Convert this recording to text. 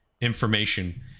Information